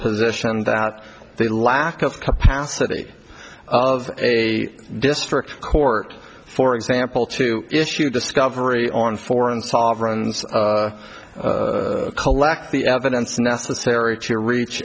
position that they lack of capacity of a district court for example to issue discovery on foreign sovereigns collect the evidence necessary to reach